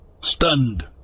Stunned